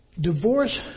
Divorce